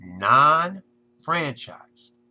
non-franchise